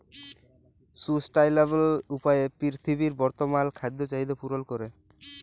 sustainable উপায়ে পীরথিবীর বর্তমাল খাদ্য চাহিদ্যা পূরল ক্যরে